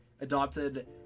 adopted